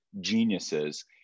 geniuses